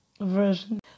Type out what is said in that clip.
version